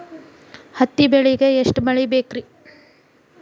ಹತ್ತಿ ಬೆಳಿಗ ಎಷ್ಟ ಮಳಿ ಬೇಕ್ ರಿ?